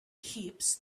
heaps